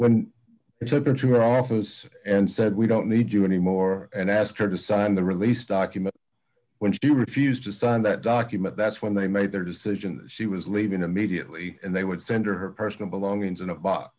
when you took her to her office and said we don't need you anymore and asked her to sign the release document when she refused to sign that document that's when they made their decision she was leaving immediately and they would send her personal belongings in a b